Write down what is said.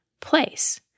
place